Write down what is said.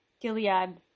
Gilead